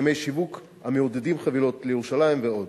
הסכמי שיווק המעודדים חבילות לירושלים ועוד.